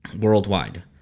worldwide